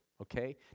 Okay